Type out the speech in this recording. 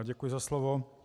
Děkuji za slovo.